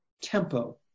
tempo